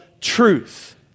truth